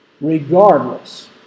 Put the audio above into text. regardless